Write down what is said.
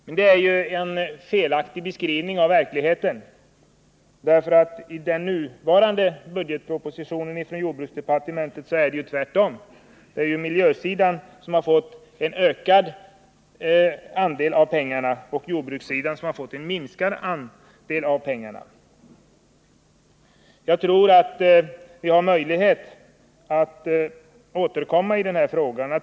Men det är en felaktig beskrivning av verkligheten, vilket också framgår av budgetpropositionen vad gäller jordbruksdepartementet. Miljösidan har fått en ökad andel och jordbrukssidan en minskad andel av anslagen. Jag tror att vi får möjlighet att återkomma till den här frågan.